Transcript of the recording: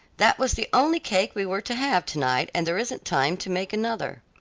that was the only cake we were to have to-night, and there isn't time to make another.